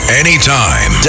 anytime